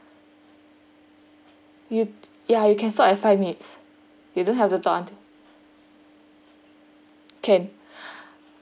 you ys you can stop at five minutes you don't have to talk until can